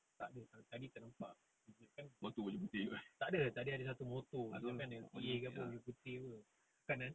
oh tu baju putih tu eh